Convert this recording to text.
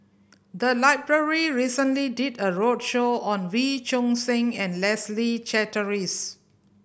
the library recently did a roadshow on Wee Choon Seng and Leslie Charteris